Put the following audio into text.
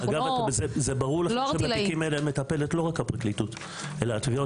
אגב זה ברור לכם שבתיקים האלה מטפלת לא רק הפרקליטות אלא התביעות,